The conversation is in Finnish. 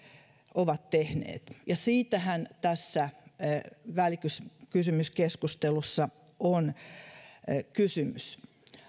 ovat tehneet ja siitähän tässä välikysymyskeskustelussa on kysymys